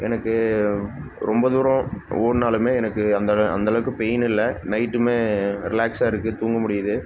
எனக்கு ரொம்ப தூரம் ஓடினாலுமே எனக்கு அந்தள அந்தளவுக்கு பெயின் இல்லை நைட்டுமே ரிலாக்ஸாக இருக்குது தூங்க முடியுது